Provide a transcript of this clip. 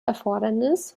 erfordernis